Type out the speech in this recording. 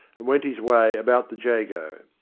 and went his way about the j ago.